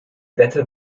wette